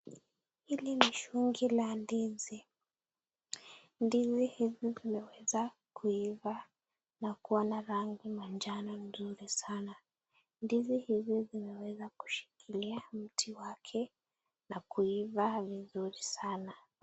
Hili ni shungi la ndizi. Ndizi hizi zimeweza kuiva na kuwa na rangi manjano nzuri sana. Ndizi hizi zimeweza kushikilia mti wake na kuiva vizuri sana.